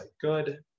good